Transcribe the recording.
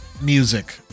music